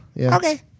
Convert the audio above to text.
Okay